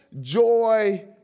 joy